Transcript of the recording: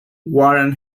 warren